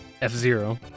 F-Zero